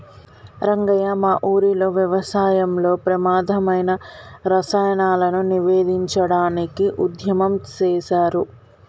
రంగయ్య మా ఊరిలో వ్యవసాయంలో ప్రమాధమైన రసాయనాలను నివేదించడానికి ఉద్యమం సేసారు